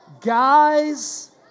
Guys